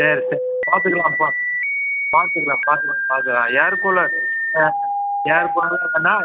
சரி சரி பார்த்துக்கலாம் பா பார்த்துக்கலாம் பார்த்துக்கலாம் பார்த்துக்கலாம் ஏர் கூலர் ஆ ஏர் கூலரும் வேண்டாம்